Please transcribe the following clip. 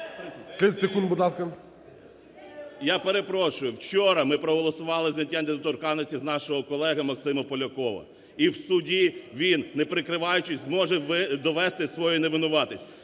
Я перепрошую, вчора ми проголосували за зняття недоторканності з нашого колеги Максима Полякова, і в суді він, не прикриваючись, зможе довести свою невинуватість.